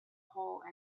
hole